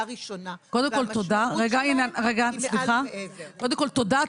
ראשונה והמשמעות שלהן היא מעל ומעבר.